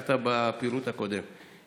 שהזכרת בפירוט הקודם,